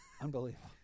Unbelievable